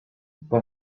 the